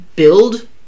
build